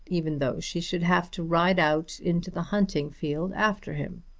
even though she should have to ride out into the hunting-field after him.